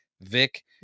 Vic